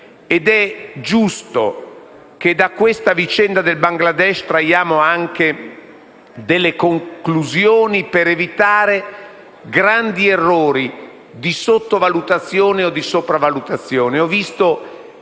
è giusto che da questa vicenda del Bangladesh traiamo anche delle conclusioni per evitare grandi errori di sottovalutazione o di sopravalutazione.